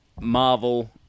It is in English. Marvel